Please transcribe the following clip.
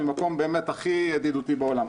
ממקום באמת הכי ידידותי בעולם,